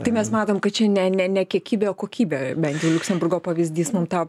tai mes matom kad čia ne ne ne kiekybė o kokybė bent jau liuksemburgo pavyzdys mums tą